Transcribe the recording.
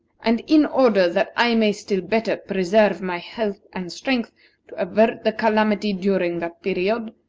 and in order that i may still better preserve my health and strength to avert the calamity during that period,